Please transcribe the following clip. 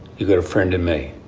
you've got a friend in me.